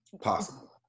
possible